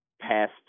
past